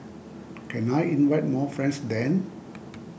can I invite more friends then